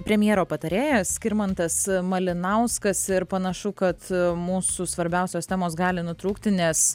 premjero patarėjas skirmantas malinauskas ir panašu kad mūsų svarbiausios temos gali nutrūkti nes